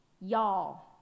Y'all